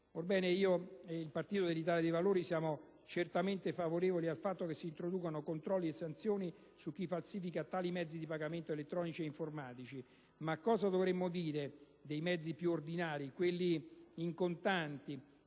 Orbene, io ed il partito dell'Italia dei Valori siamo certamente favorevoli al fatto che si introducano controlli e sanzioni su chi falsifica tali mezzi di pagamento elettronici o informatici, ma cosa dovremmo dire dei mezzi più ordinari, quelli in contanti,